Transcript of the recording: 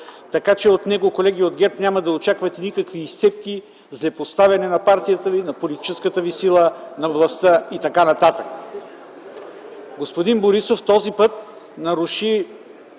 Така че от него, колеги от ГЕРБ, не очаквайте никакви изцепки, злепоставяне на партията ви, на политическата ви сила, на властта и т.н. Господин Борисов този път наруши